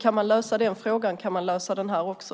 Kan man lösa den frågan kan man lösa den här också.